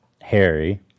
harry